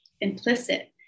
implicit